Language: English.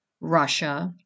Russia